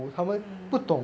mm